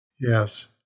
Yes